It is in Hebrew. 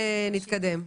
נתקדם.